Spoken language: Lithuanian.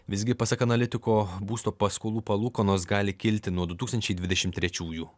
visgi pasak analitiko būsto paskolų palūkanos gali kilti nuo du tūkstančiai dvidešim trečiųjų